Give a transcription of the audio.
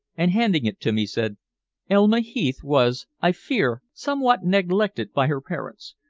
and handing it to me, said elma heath was, i fear, somewhat neglected by her parents.